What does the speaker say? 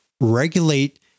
regulate